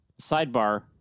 Sidebar